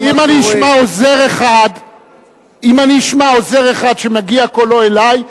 אם אני אשמע עוזר אחד שמגיע קולו אלי,